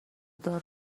دار